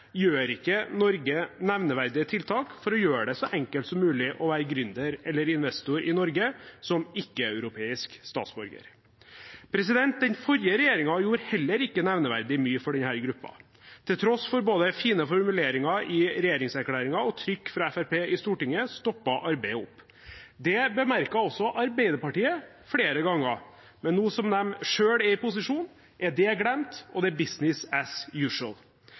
gjør ikke Norge nevneverdige tiltak for å gjøre det så enkelt som mulig å være gründer eller investor som ikke-europeisk statsborger. Den forrige regjeringen gjorde heller ikke nevneverdig mye for denne gruppa. Til tross for både fine formuleringer i regjeringserklæringen og trykk fra Fremskrittspartiet i Stortinget stoppet arbeidet opp. Det bemerket også Arbeiderpartiet flere ganger, men nå som de selv er i posisjon, er det glemt, og det er «business as